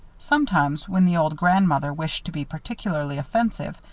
sometimes, when the old grandmother wished to be particularly offensive,